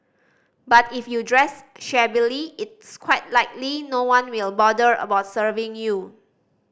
but if you dress shabbily it's quite likely no one will bother about serving you